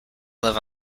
live